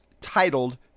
titled